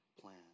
plan